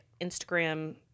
Instagram